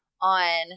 on